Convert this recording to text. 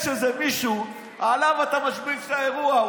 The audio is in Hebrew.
מישהו שעליו אתה משליך את האירוע.